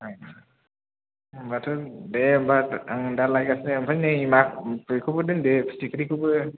होमबाथ' दे होमबा आं दा लायगासिनो ओमफ्राय नै मा बेखौबो दोनदो फिथिख्रिखौबो